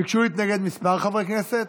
ביקשו להתנגד כמה חברי כנסת,